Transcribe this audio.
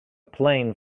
plane